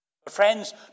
Friends